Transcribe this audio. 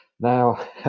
now